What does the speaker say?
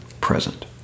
present